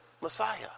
Messiah